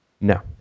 No